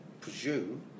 presume